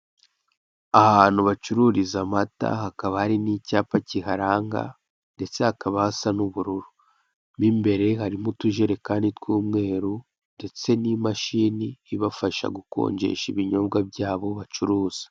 Ahantu bacururiza amata hakaba hari n'icyapa kiharanga ndetse hakaba hasa n'ubururu mu imbere harimo utujerekani tw'umweru ndetse n'imashini ibafasha gukonjesha ibinyobwa byabo bacuruza.